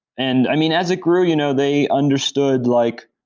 and i mean, as it grew you know they understood like,